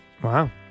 Wow